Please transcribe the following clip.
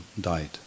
died